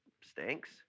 stinks